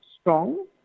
strong